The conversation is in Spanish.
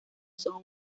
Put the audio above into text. son